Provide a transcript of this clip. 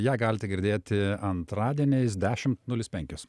ją galite girdėti antradieniais dešimt nulis penkios